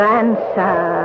answer